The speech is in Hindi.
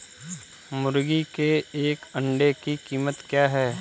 मुर्गी के एक अंडे की कीमत क्या है?